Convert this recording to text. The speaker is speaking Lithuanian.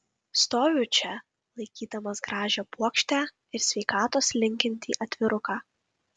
stoviu čia laikydamas gražią puokštę ir sveikatos linkintį atviruką